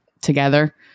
together